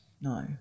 no